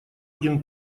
один